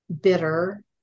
bitter